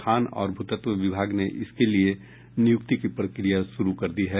खान और भूतत्व विभाग ने इसके लिए नियुक्ति की प्रक्रिया शुरू कर दी है